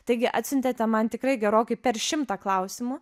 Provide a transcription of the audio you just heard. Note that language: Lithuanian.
taigi atsiuntėte man tikrai gerokai per šimtą klausimų